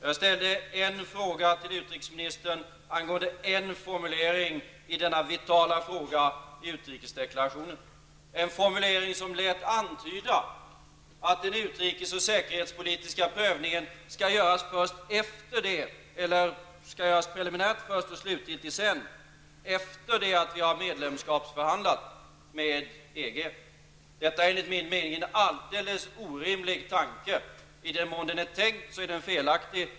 Jag ställde en fråga till utrikesministern angående en formulering i detta vitala spörsmål i utrikesdeklarationen. Det var en formulering som lät antyda att den utrikespolitiska och säkerhetspolitiska prövningen skall utföras först preliminärt och sedan slutgiltigt, efter det att vi förhandlat om medlemskap med EG. Detta är enligt min mening en alldeles orimlig tanke. I den mån den är tänkt är den felaktig.